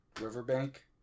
riverbank